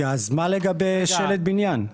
אז מה לגבי שלד בניין?